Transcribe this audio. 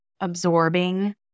absorbing